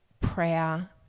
prayer